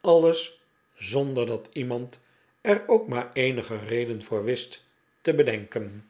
alles zonder dat iemand er ook maar eenige reden voor wist te bedenken